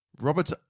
Robert